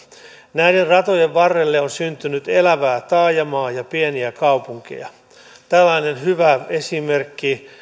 näiden ratojen varrelle on syntynyt elävää taajamaa ja pieniä kaupunkeja tällainen hyvä esimerkki